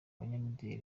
banyamideli